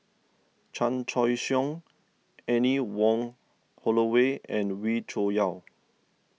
Chan Choy Siong Anne Wong Holloway and Wee Cho Yaw